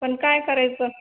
पण काय करायचं